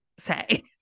say